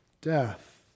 death